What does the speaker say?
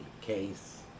Case